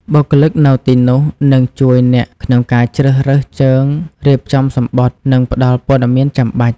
បុគ្គលិកនៅទីនោះនឹងជួយអ្នកក្នុងការជ្រើសរើសជើង រៀបចំសំបុត្រ និងផ្តល់ព័ត៌មានចាំបាច់។